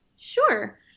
Sure